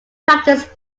practice